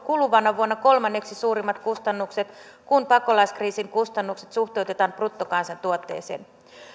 kuluvana vuonna kolmanneksi suurimmat kustannukset kun pakolaiskriisin kustannukset suhteutetaan bruttokansantuotteeseen